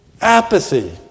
apathy